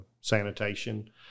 sanitation